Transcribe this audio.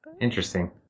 Interesting